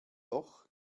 doch